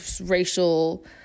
racial